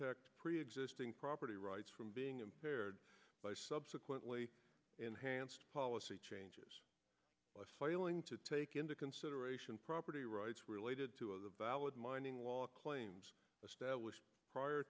protect preexisting property rights from being impaired by subsequently enhanced policy changes flailing to take into consideration property rights related to a valid mining law claims established prior